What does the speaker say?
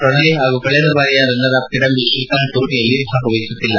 ಪ್ರಣೋಯ್ ಪಾಗೂ ಕಳೆದ ಬಾರಿಯ ರನ್ನರ್ ಅಪ್ ಕಿಡಂಬಿ ಶ್ರೀಕಾಂತ್ ಟೂರ್ನಿಯಲ್ಲಿ ಭಾಗವಹಿಸುತ್ತಿಲ್ಲ